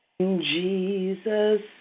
Jesus